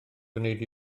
gwneud